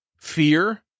fear